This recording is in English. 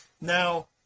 now